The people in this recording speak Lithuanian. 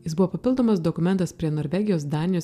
jis buvo papildomas dokumentas prie norvegijos danijos